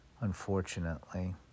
unfortunately